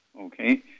Okay